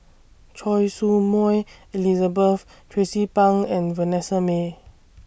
Choy Su Moi Elizabeth Tracie Pang and Vanessa Mae